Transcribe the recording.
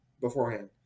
beforehand